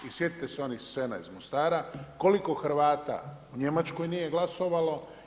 I sjetite se onih scena iz Mostara koliko Hrvata u Njemačkoj nije glasovalo.